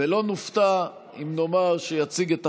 ונכנסה לספר החוקים.